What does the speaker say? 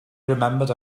remembered